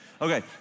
Okay